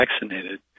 vaccinated